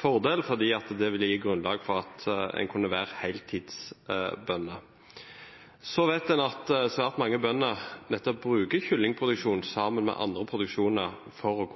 fordel fordi det ville gi grunnlag for at en kunne være heltidsbonde. Så vet en at svært mange bønder har nettopp kyllingproduksjon sammen med andre produksjoner for å